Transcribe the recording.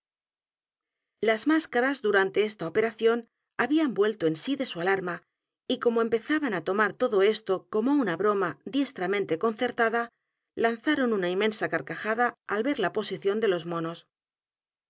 las máscaras durante esta operación habían vuelto en sí de su alarma y como empezaban á tomar todo esto como una broma diestramente concertada lanzaron una inmensa carcajada al ver la posición de los monos